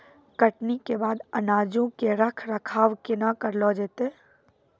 कटनी के बाद अनाजो के रख रखाव केना करलो जैतै?